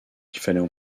fallait